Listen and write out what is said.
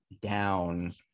down